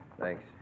Thanks